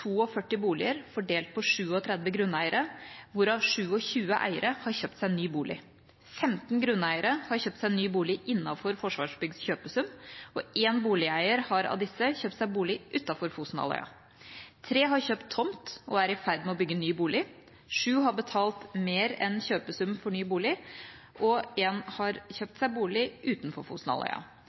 42 boliger fordelt på 37 grunneiere, hvorav 27 eiere har kjøpt seg ny bolig. 15 grunneiere har kjøpt seg ny bolig innenfor Forsvarsbyggs kjøpesum, og én boligeier av disse har kjøpt seg bolig utenfor Fosenhalvøya. Tre har kjøpt tomt og er i ferd med å bygge ny bolig. Sju har betalt mer enn kjøpesum for ny bolig, og én har kjøpt seg bolig utenfor